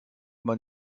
man